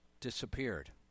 disappeared